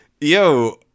Yo